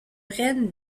rennes